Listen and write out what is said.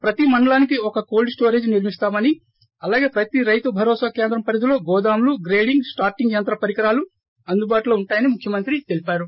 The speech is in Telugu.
ప్రతీ మండలానికి ఒక కోల్డ్ స్టోరేజీ నిర్మిస్తామని అలాగే ప్రతి రైతు భరోసా కేంద్రం పరిధిలో గోదాంలు గ్రేడింగ్ సార్టింగ్ యంత్ర పరికరాలు అందుబాటులో ఉంటాయని ముఖ్యమంత్రి తెలిపారు